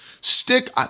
Stick